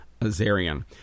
Azarian